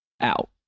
out